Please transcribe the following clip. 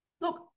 look